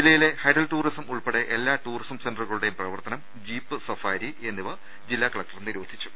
ജില്ലയിലെ hydel tourism ഉൾപ്പെടെ എല്ലാ ടൂറിസം സെന്ററുക ളുടെയും പ്രവർത്തനം ജീപ്പ് സവാരി എന്നിവ ജില്ലാക ലക്ടർ നിരോധിച്ചു